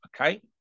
okay